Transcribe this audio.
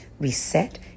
reset